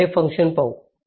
प्रथम हे फंक्शन पाहू